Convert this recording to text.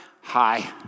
hi